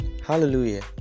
Hallelujah